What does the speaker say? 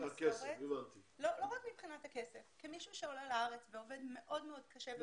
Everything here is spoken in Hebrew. המשכורת ולא רק מבחינת הכסף כי מישהו שעולה לארץ ועובד מאוד מאוד קשה.